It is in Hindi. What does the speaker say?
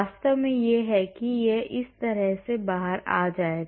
वास्तव में यह है कि यह इस तरह से बाहर आ जाएगा